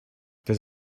does